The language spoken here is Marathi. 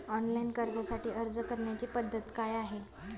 ऑनलाइन कर्जासाठी अर्ज करण्याची पद्धत काय आहे?